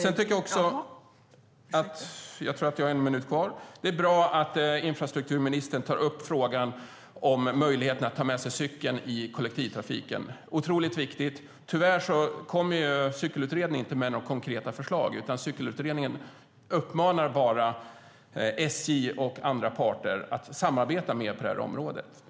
Jag tycker också att det är bra att infrastrukturministern tar upp frågan om möjligheten att ta med sig cykeln i kollektivtrafiken. Det är otroligt viktigt. Tyvärr kommer inte cykelutredningen med några konkreta förslag, utan den uppmanar bara SJ och andra parter att samarbeta mer på det här området.